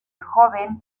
joven